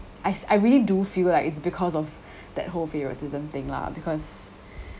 I s~ I really do feel like it's because of that whole favoritism thing lah because